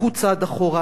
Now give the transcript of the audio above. קחו צעד אחורה,